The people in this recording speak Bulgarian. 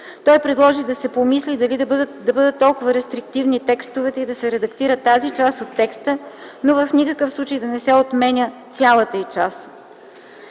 Той предложи да се помисли дали да бъдат толкова рестриктивни текстовете и да се редактира тази част от текста, но в никакъв случай да не се отменя цялата й част.